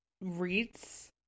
reads